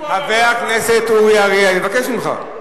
חבר הכנסת אורי אריאל, אני מבקש ממך.